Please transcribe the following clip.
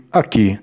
aqui